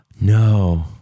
No